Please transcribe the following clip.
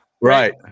Right